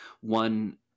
one